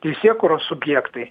teisėkūros subjektai